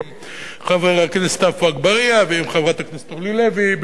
עם חבר הכנסת עפו אגבאריה ועם חברת הכנסת אורלי לוי,